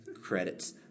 credits